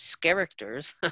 characters